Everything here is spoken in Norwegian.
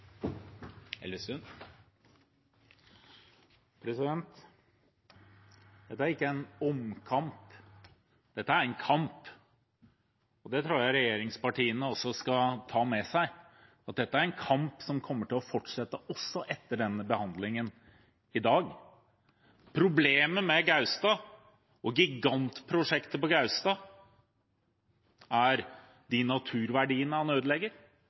denne saken. Dette er ikke en omkamp – dette er en kamp. Det tror jeg regjeringspartiene også skal ta med seg. Dette er en kamp som kommer til å fortsette, også etter behandlingen av saken i dag. Problemet med gigantprosjektet på Gaustad er